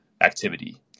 activity